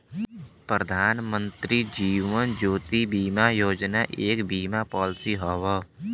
प्रधानमंत्री जीवन ज्योति बीमा योजना एक बीमा पॉलिसी हौ